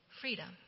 freedom